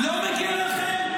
לא מגיע לכם?